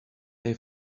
they